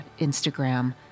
Instagram